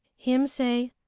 him say,